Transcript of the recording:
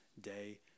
day